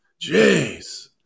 Jeez